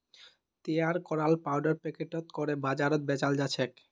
तैयार कराल पाउडर पैकेटत करे बाजारत बेचाल जाछेक